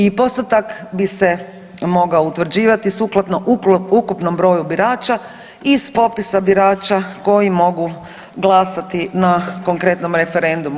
I postotak bi se mogao utvrđivati sukladno ukupnom broju birača iz popisa birača koji mogu glasati na konkretnom referendumu.